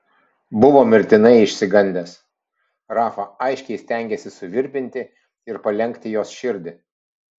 buvo mirtinai išsigandęs rafa aiškiai stengėsi suvirpinti ir palenkti jos širdį